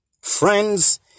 friends